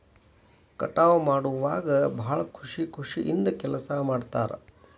ಕಟಾವ ಮಾಡುವಾಗ ಭಾಳ ಖುಷಿ ಖುಷಿಯಿಂದ ಕೆಲಸಾ ಮಾಡ್ತಾರ